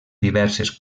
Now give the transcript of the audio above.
diverses